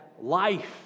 life